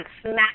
smack